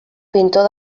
pintor